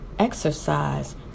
Exercise